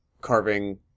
carving